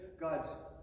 God's